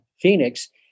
Phoenix